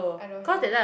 I don't have